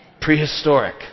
Prehistoric